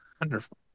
wonderful